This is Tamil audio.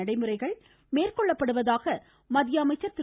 நடைமுறைகள் மேற்கொள்ளப் படுவதாக மத்திய அமைச்சர் திரு